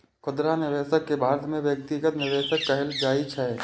खुदरा निवेशक कें भारत मे व्यक्तिगत निवेशक कहल जाइ छै